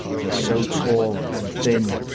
he's so tall and thin,